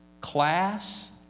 class